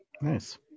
Nice